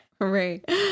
right